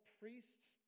priests